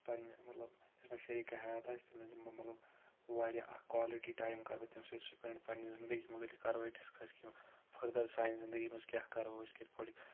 پَنٕنہِ مطلب یُس مےٚ شریٖکے حیات آسہِ تٔمِس دِمہٕ بہٕ مطلب واریاہ اکھ کولٹی ٹایم کرٕ بہٕ تٔمِس سۭتۍ سِپینٛڈ پَنٕنہِ زنٛدگی مُتعلِق کرو أسۍ ڈِسکس کہِ فٔردر سٲنہِ زنٛدگی منٛز کیاہ کرو أسۍ کِتھ پٲٹھۍ